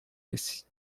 esse